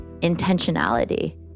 intentionality